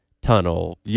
tunnel